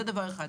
זה דבר אחד.